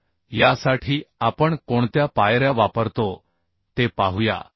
तर यासाठी आपण कोणत्या पायऱ्या वापरतो ते पाहूया